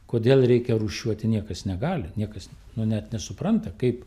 kodėl reikia rūšiuoti niekas negali niekas net nesupranta kaip